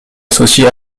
associé